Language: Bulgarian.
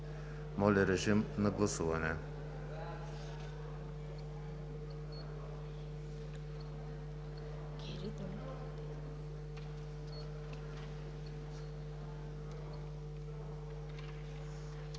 Моля, режим на гласуване